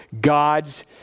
God's